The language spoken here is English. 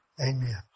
Amen